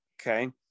okay